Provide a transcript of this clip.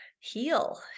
Heal